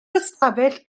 ystafell